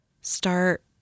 start